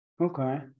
okay